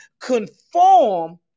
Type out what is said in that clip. conform